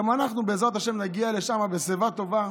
גם אנחנו, בעזרת השם, נגיע לשם בשיבה טובה.